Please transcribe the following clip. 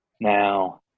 Now